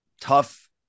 tough